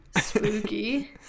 spooky